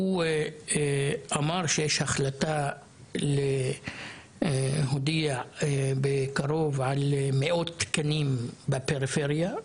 הוא אמר שיש החלטה להודיע בקרוב על מאות תקנים בפריפריה,